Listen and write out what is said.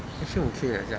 actually okay eh 这样